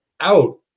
out